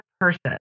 person